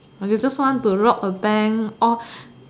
or you just want rob a bank or